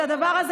את הדבר הזה,